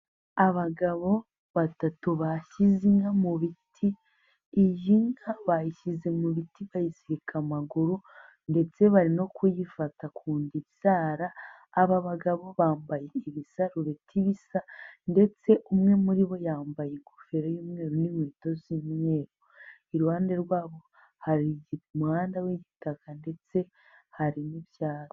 Abagabo batatu bashyize inka mu biti, iyi nka bayishyize mu biti bayizirika amaguru ndetse bari no kuyifata ku nda ibyara, aba bagabo bambaye ibisarureti bisa ndetse umwe muri bo yambaye ingofero y'umweru n'inkweto z'imyeru. Iruhande rwabo hari umuhanda w'igitaka ndetse hari n'ibyatsi.